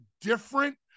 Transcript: different